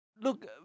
Look